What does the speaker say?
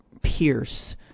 pierce